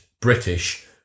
British